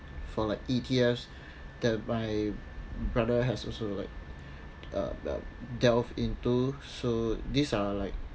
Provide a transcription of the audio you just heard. for like E_T_Fs that my brother has also like uh de~ delve into so these are like